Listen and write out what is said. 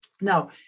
Now